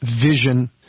vision